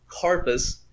corpus